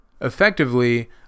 effectively